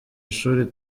ishuri